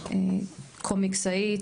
קומיקאית,